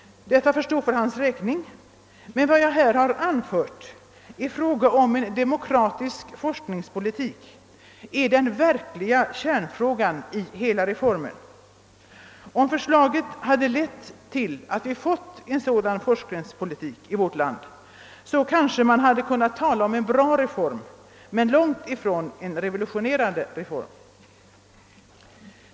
Det får stå för hans egen räkning. Men vad jag här talat om, en demokratisk forskningspolitik, är den verkliga kärnfrågan i hela reformen. Om förslaget hade lett till att vi fått en sådan forskningspolitik i vårt land hade man kanske kunnat tala om en bra, men långtifrån någon revolutionerande, reform.